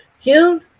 June